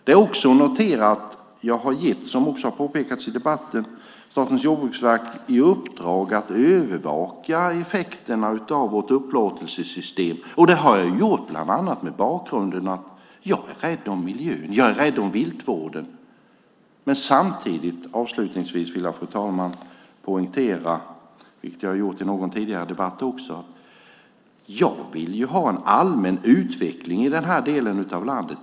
Det är också att notera, som har påpekats i debatten, att jag har gett Statens jordbruksverk i uppdrag att övervaka effekterna av vårt upplåtelsesystem. Det har jag gjort bland annat mot bakgrunden att jag är rädd om miljön och viltvården. Avslutningsvis vill jag poängtera, fru talman, vilket jag också har gjort i någon tidigare debatt, att jag vill ha en allmän utveckling i den här delen av landet.